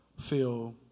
feel